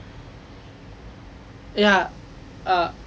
ya uh